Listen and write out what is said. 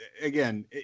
again